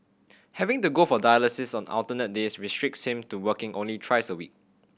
having to go for dialysis on alternate days restricts him to working only thrice a week